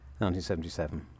1977